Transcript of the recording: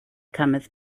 cometh